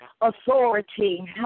authority